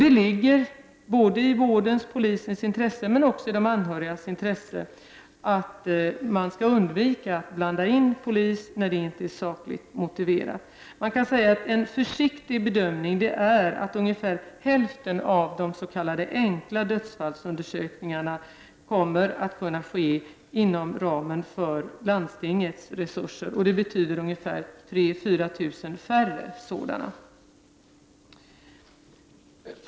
Det ligger i vårdens och polisens intresse, men också de anhörigas intresse, att man skall undvika att blanda in polisen när det inte är sakligt motiverat. En försiktig bedömning är att ungefär hälften av de s.k. enkla dödsfallsundersökningarna kommer att kunna ske inom ramen för landstingets resurser. Det betyder ungefär 3 000—4 000 färre sådana för rättsläkarstationerna.